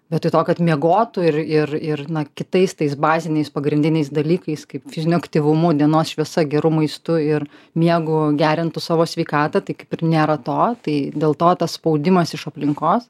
vietoj to kad miegotų ir ir ir kitais tais baziniais pagrindiniais dalykais kaip fiziniu aktyvumu dienos šviesa geru maistu ir miegu gerintų savo sveikatą tai kaip ir nėra to tai dėl to tas spaudimas iš aplinkos